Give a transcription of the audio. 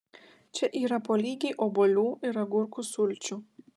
čia yra po lygiai obuolių ir agurkų sulčių